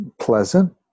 pleasant